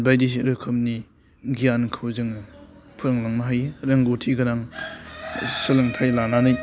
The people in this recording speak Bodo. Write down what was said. बायदिसो रोखोमनि गियानखौ जोङो फोरोंलांनो हायो रोंगौथि गोनां सोलोंथाइ लानानै